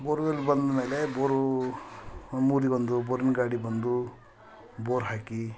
borewell ಬಂದಮೇಲೆ ಬೋರೂ ನಮ್ಮ ಊರಿಗೆ ಒಂದು ಬೋರಿನ ಗಾಡಿ ಬಂದು ಬೋರ್ ಹಾಕಿ